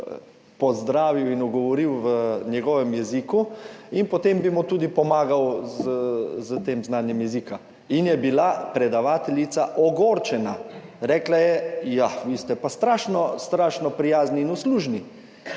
pozdravil in ogovoril v njegovem jeziku in potem bi mu tudi pomagal s tem znanjem jezika. In je bila predavateljica ogorčena, rekla je: »Ja vi ste pa strašno strašno prijazni in uslužni.